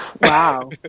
Wow